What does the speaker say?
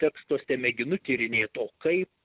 tekstuose mėginu tyrinėt o kaip